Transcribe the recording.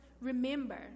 remember